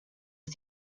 ist